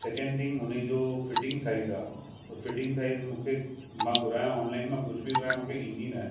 second thing उन्हीअ जो fitting size आहे उहो फिटिंग साइज़ मुखे मां घुरायां ऑनलाइन मां कुझु बि मूंखे ईंदी न आहे